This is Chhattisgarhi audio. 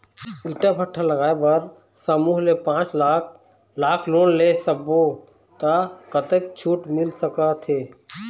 ईंट भट्ठा लगाए बर समूह ले पांच लाख लाख़ लोन ले सब्बो ता कतक छूट मिल सका थे?